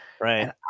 Right